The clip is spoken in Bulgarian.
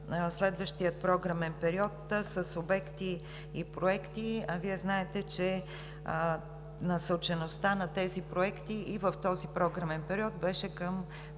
следващия програмен период с обекти и проекти. Вие знаете, че насочеността на проектите и в този програмен период беше към